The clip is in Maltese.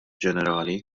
ġenerali